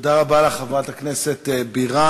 תודה רבה לך, חברת הכנסת בירן.